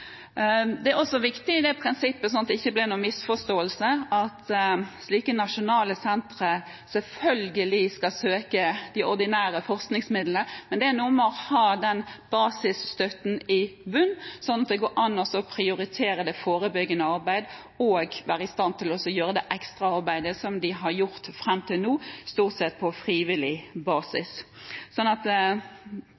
Det er også et viktig et prinsipp, sånn at det ikke blir noen misforståelse, at slike nasjonale sentre selvfølgelig skal søke om de ordinære forskningsmidlene, men det er noe med å ha den basisstøtten i bunnen, sånn at det går an å prioritere det forebyggende arbeidet og være i stand til å gjøre det ekstraarbeidet som de fram til nå stort sett har gjort på frivillig basis. Statsråden må ikke misforstå, man trodde ikke at